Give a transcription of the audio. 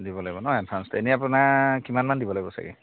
দিব লাগিব ন' এডভাঞ্চটো এনে আপোনাৰ কিমানমান দিব লাগিব চাগৈ